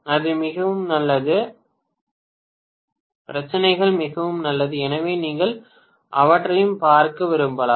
அது மிகவும் நல்லது பிரச்சினைகள் மிகவும் நல்லது எனவே நீங்கள் அவற்றையும் பார்க்க விரும்பலாம்